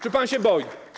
Czy pan się boi?